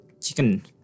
chicken